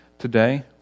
today